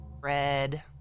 red